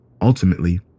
Ultimately